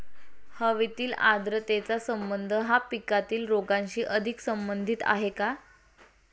हवेतील आर्द्रतेचा संबंध हा पिकातील रोगांशी अधिक संबंधित आहे का?